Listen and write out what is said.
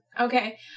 okay